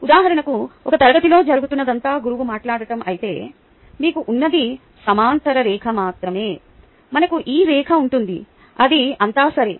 ఉదాహరణకు ఒక తరగతిలో జరుగుతున్నదంతా గురువు మాట్లాడం అయితే మీకు ఉన్నది సమాంతర రేఖ మాత్రమే మనకు ఈ రేఖ ఉంటుంది అది అంతా సరే